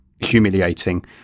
humiliating